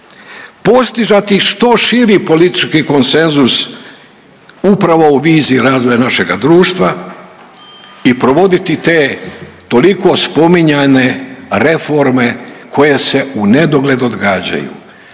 postizati što širi politički konsenzus upravo o viziji razvoja našega društva i provoditi te toliko spominjane reforme koje se u nedogled događaju.